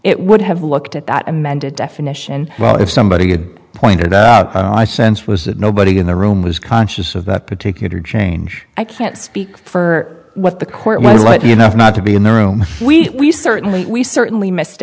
it would have looked at that amended definition well if somebody had pointed out i sense was that nobody in the room was conscious of that particular change i can't speak for what the court was but you know if not to be in the room we certainly we certainly missed